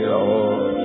Lord